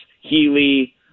Healy